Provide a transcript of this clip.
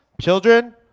Children